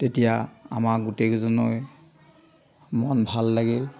তেতিয়া আমাৰ গোটেইকেইজনৰে মন ভাল লাগিল